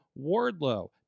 wardlow